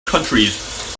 countries